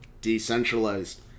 decentralized